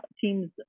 team's